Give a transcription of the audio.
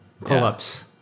Pull-ups